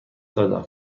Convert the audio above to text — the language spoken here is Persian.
دادم